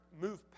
move